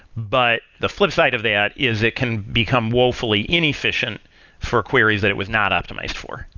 but the flipside of that is it can become woefully inefficient for queries that it was not optimized for.